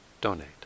donate